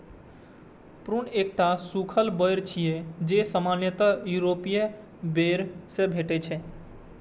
prune एकटा सूखल बेर छियै, जे सामान्यतः यूरोपीय बेर सं भेटै छै